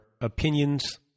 opinions